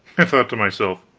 i thought to myself